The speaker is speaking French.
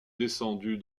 descendue